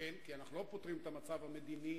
כי אנחנו לא פותרים את המצב המדיני